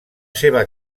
seva